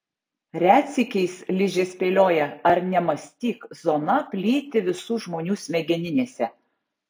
retsykiais ližė spėlioja ar nemąstyk zona plyti visų žmonių smegeninėse